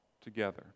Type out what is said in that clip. together